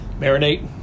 Marinate